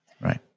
Right